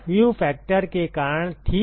view factor के कारण ठीक